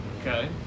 Okay